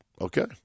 okay